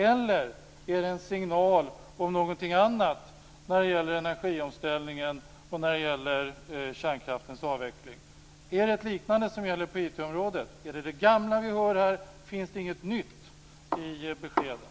Eller är det en signal om någonting annat när det gäller energiomställningen och kärnkraftens avveckling? Är det något liknande som gäller på IT området? Är det det gamla vi har här? Finns det inget nytt i beskeden?